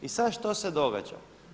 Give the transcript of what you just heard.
I sada što se događa?